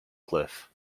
cliff